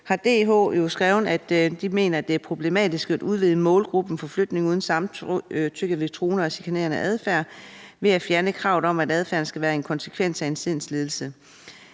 har DH jo skrevet, at de mener, det er problematisk at udvide målgruppen for flytning uden samtykke ved truende og chikanerende adfærd ved at fjerne kravet om, at adfærden skal være en konsekvens af en sindslidelse.